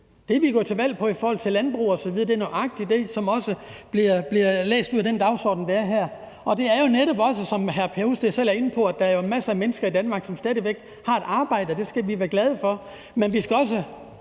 Det, vi er gået til valg på i forhold til landbrug osv., er nøjagtig det, som også bliver læst ud af den dagsorden, der er her. Det er jo netop det, som hr. Per Husted også selv er inde på, altså at der jo er masser af mennesker i Danmark, som stadig væk har et arbejde, og det skal vi være glade for, men vi skal også